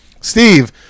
Steve